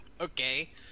Okay